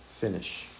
finish